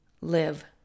live